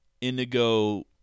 Indigo